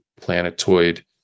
planetoid